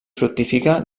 fructifica